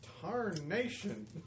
Tarnation